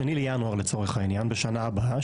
לצורך העניין ב-02 בינואר בשנה הבאה,